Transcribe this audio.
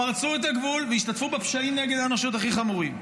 פרצו את הגבול והשתתפו בפשעים נגד האנושות הכי חמורים.